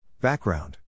Background